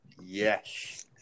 Yes